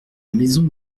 maison